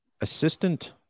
assistant